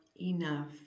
enough